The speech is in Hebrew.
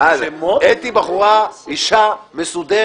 אז יש הרבה התנגדויות.